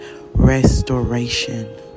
restoration